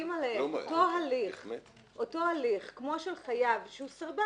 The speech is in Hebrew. אבל --- אם אנחנו מחילים עליהם את אותו הליך כמו של חייב שהוא סרבן,